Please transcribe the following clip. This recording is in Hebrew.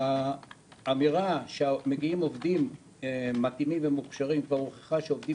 האמירה שמגיעים עובדים מתאימים ומוכשרים כבר הוכחה כשעובדים